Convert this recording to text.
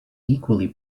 equally